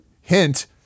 Hint